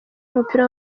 w’umupira